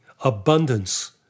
abundance